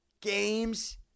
games